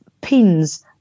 pins